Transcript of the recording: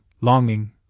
longing